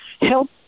help